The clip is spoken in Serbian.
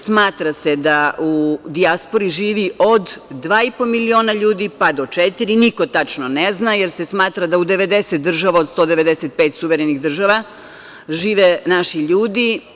Smatra se da u dijaspori živi od 2,5 miliona ljudi, pa do četiri, niko tačno ne zna, jer se smatra da u 90 država od 195 suverenih država žive naši ljudi.